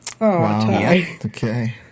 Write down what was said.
okay